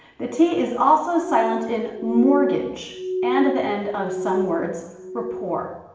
the t is also silent in mortgage and at the end of some words rapport,